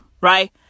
right